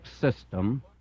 system